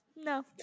No